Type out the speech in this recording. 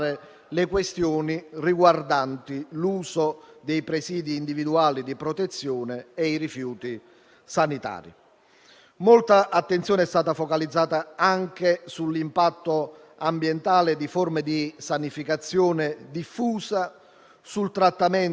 Naturalmente ci attendiamo che il Governo faccia buon uso di questo prezioso lavoro, facendo seguire all'analisi la terapia. Fratelli d'Italia ha sottoscritto e voterà pertanto a favore della risoluzione unitaria che è stata